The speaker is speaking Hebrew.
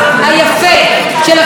של ישן מול חדש,